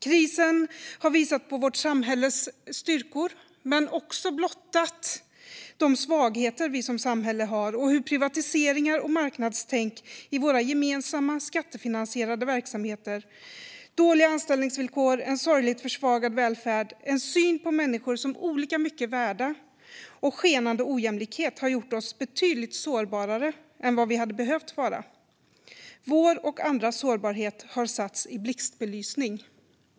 Krisen har visat på vårt samhälles styrkor men också blottat de svagheter vi som samhälle har och hur privatiseringar och marknadstänk i våra gemensamma, skattefinansierade verksamheter, dåliga anställningsvillkor, en sorgligt försvagad välfärd, en syn på människor som olika mycket värda och skenande ojämlikhet har gjort oss betydligt sårbarare än vad vi hade behövt vara. Vår och andras sårbarhet har satts i blixtbelysning.